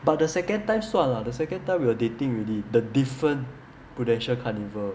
but the second time 算 lah the second time we were dating already the different Prudential carnival